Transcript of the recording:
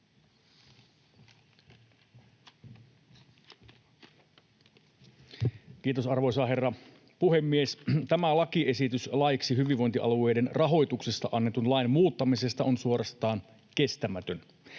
Kiitos, arvoisa herra puhemies! Tämä lakiesitys laiksi hyvinvointialueiden rahoituksesta annetun lain muuttamisesta on suorastaan kestämätön.